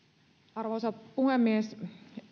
arvoisa puhemies